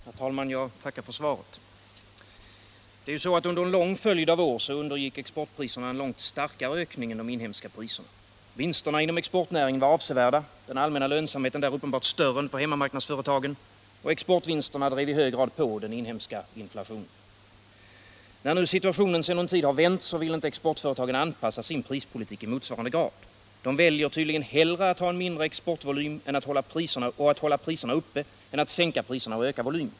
Herr talman! Jag tackar för svaret. Under en lång följd av år undergick exportpriserna en långt starkare ökning än de inhemska priserna. Vinsterna inom exportnäringen var avsevärda och den allmänna lönsamheten där uppenbart större än för hemmamarknadsföretagen. Exportvinsterna drev i hög grad på den inhemska inflationen. När nu situationen sedan någon tid har vänt, vill inte exportföretagen anpassa sin prispolitik i motsvarande grad. De väljer tydligen hellre att ha en mindre exportvolym och hålla uppe priserna än att sänka priserna och öka exportvolymen.